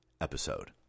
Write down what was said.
episode